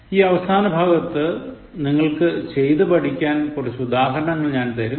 ഈ അവസാനഭാഗത്ത് നിങ്ങൾക്ക് ചെയ്തു പഠിക്കാൻ കുറച്ച് ഉദാഹരണങ്ങൾ ഞാൻ തരും